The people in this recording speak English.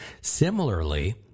Similarly